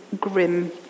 grim